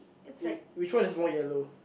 it which one is more yellow